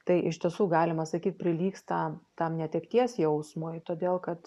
tai iš tiesų galima sakyt prilygsta tam netekties jausmui todėl kad